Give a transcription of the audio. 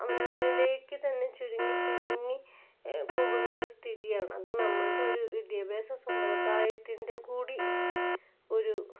അവനവനിലേക്ക് തന്നെ ചുരുങ്ങി ചുരുങ്ങി പോകുന്ന ഒരു സ്ഥിതിയാണ് അത് നമ്മുടെ ഒരു വിദ്യാഭ്യാസ സമ്പ്രദായത്തിന്റെ കൂടി ഒരു